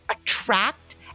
attract